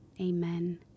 Amen